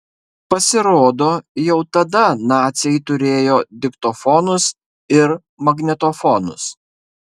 pasirodo jau tada naciai turėjo diktofonus ir magnetofonus